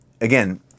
Again